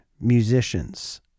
musicians